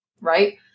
right